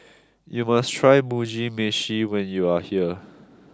you must try Mugi Meshi when you are here